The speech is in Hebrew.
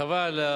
חבל.